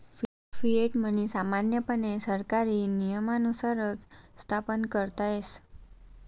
fiat money सामान्यपणे सरकारी नियमानुसारच स्थापन करता येस